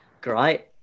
Great